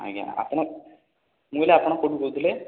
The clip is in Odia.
ଆଜ୍ଞା ଆପଣ ମୁଁ କହିଲି ଆପଣ କେଉଁଠୁ କହୁଥିଲେ